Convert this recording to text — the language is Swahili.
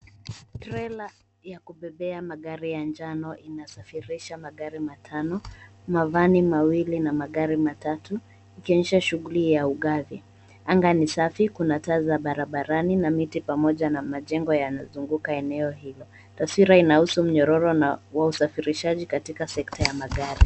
Trela ya kupepea magari ya njano inasafirisha magari matano na vani mawili na magari matatu ikionyesha shughuli ya ugavi. Angaa ni safi kuna taa za barabarani na miti pamoja na majengo yanazungunga eneo hilo. Taswira inahusu minyororo na usafirishaji katika sekta ya magari.